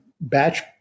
batch